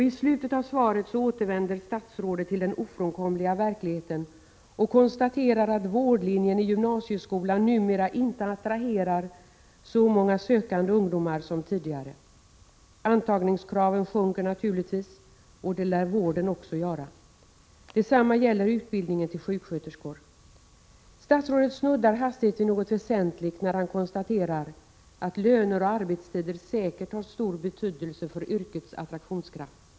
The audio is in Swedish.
I slutet av svaret återvände statsrådet till den ofrånkomliga verkligheten och konstaterar att vårdlinjen i gymnasieskolan numera inte attraherar så många sökande ungdomar som tidigare. Antagningskraven sjunker naturligtvis, och det lär kvaliteten på vården också göra. Detsamma gäller utbildningen till sjuksköterskor. Statsrådet snuddar hastigt vid något väsentligt när han konstaterar att löner och arbetstider säkert har stor betydelse för yrkets attraktionskraft.